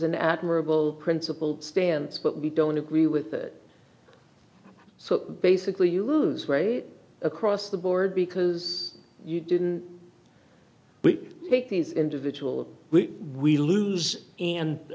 an admirable principled stance but we don't agree with that so basically you lose weight across the board because you didn't make these individual we we lose and